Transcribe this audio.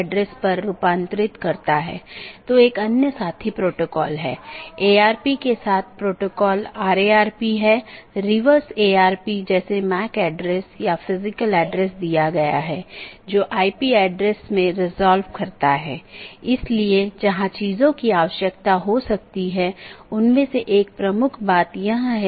यदि आप याद करें तो हमने एक पाथ वेक्टर प्रोटोकॉल के बारे में बात की थी जिसने इन अलग अलग ऑटॉनमस सिस्टम के बीच एक रास्ता स्थापित किया था